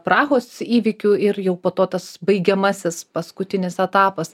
prahos įvykių ir jau po to tas baigiamasis paskutinis etapas